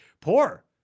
poor